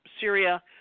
Syria